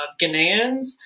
Ghanaians